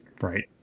Right